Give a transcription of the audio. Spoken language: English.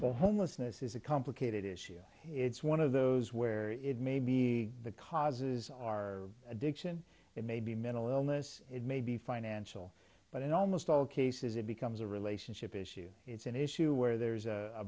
is a complicated issue it's one of those where it may be the causes are addiction it may be mental illness it may be financial but in almost all cases it becomes a relationship issue it's an issue where there's a